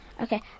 Okay